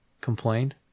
complained